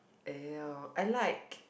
!eww! I like